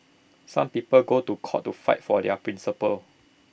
some people go to court to fight for their principles